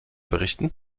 berichten